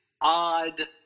odd